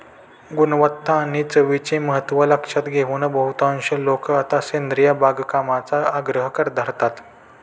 गुणवत्ता आणि चवीचे महत्त्व लक्षात घेऊन बहुतांश लोक आता सेंद्रिय बागकामाचा आग्रह धरतात